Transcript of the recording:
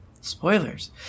Spoilers